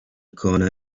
corner